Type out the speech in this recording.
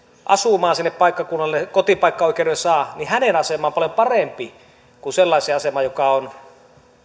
asumaan sinne paikkakunnalle saa kotipaikkaoikeuden niin hänen asemansa on paljon parempi kuin sellaisen asema joka on